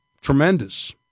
tremendous